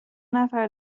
نفر